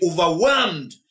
overwhelmed